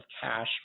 cash